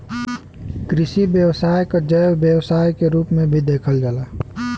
कृषि व्यवसाय क जैव व्यवसाय के रूप में भी देखल जाला